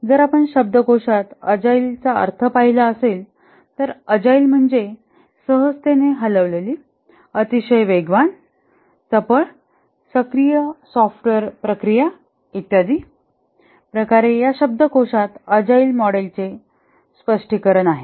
जर आपण शब्दकोशात अजाईल चा अर्थ पाहिला असेल तर अजाईल म्हणजे सहजतेने हलवलेली अतिशय वेगवान चपळ सक्रिय सॉफ्टवेअर प्रक्रिया इत्यादि प्रकारे या शब्दकोशात अजाईल मॉडेलचे स्पष्टीकरण आहेत